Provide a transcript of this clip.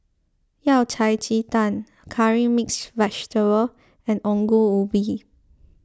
Yao Cai Ji Tang Curry Mixed Vegetable and Ongol Ubi